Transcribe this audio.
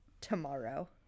Tomorrow